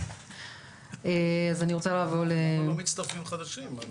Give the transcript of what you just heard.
אני לא מבין, למה לא מצטרפים חדשים.